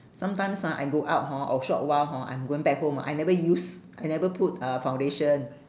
sometimes ah I go out hor or shop a while hor I'm going back home I never use I never put uh foundation